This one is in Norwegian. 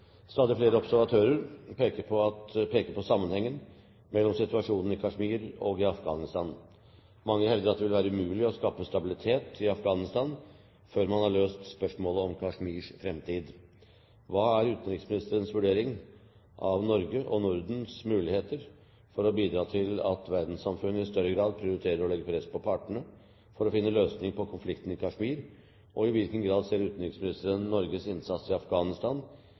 Stadig flere observatører peker også på sammenhengen mellom situasjonen i Kashmir og i Afghanistan. Mange hevder at det vil være umulig å skape stabilitet i Afghanistan før man har løst spørsmålet om Kashmirs framtid.» Mitt spørsmål er således hva utenriksministerens vurdering er av konflikten, og Norges og Nordens muligheter til å bidra for å få en løsning. Jeg vil understreke vårt utgangspunkt. Vi kjenner FNs resolusjoner fra 1948 om Kashmir, og den betydning de legger i å få slutt på væpnede stridigheter og i